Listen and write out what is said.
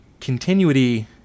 continuity